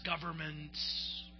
governments